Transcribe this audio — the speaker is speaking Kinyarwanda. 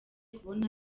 kubona